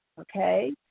okay